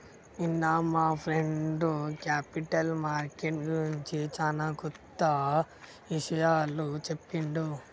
నిన్న మా friend capital market గురించి చానా కొత్త ఇషయాలు చెప్పిండు